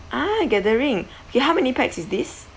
ah gathering okay how many pax is this